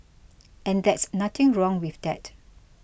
and that's nothing wrong with that